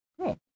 Cool